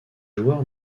joueurs